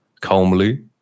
calmly